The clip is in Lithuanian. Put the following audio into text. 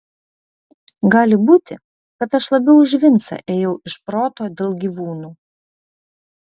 gali būti kad aš labiau už vincą ėjau iš proto dėl gyvūnų